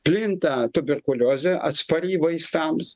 plinta tuberkuliozė atspari vaistams